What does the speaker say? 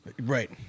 Right